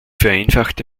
vereinfachte